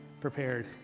prepared